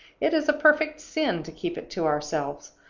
it is a perfect sin to keep it to ourselves.